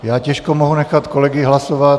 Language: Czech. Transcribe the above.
Já těžko mohu nechat kolegy hlasovat.